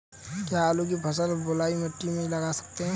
क्या आलू की फसल बलुई मिट्टी में लगा सकते हैं?